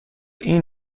این